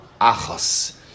Achos